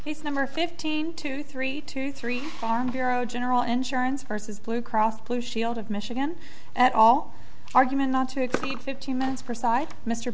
it's number fifteen two three two three farm bureau general insurance versus blue cross blue shield of michigan at all argument not to fifteen minutes per side mr